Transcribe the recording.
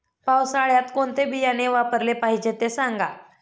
पावसाळ्यात कोणते बियाणे वापरले पाहिजे ते सांगा